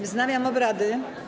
Wznawiam obrady.